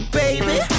baby